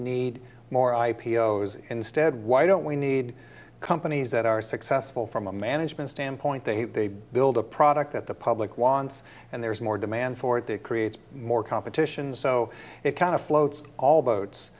need more i p o s instead why don't we need companies that are successful from a management standpoint they build a product that the public wants and there's more demand for it that creates more competition so it kind of floats all boats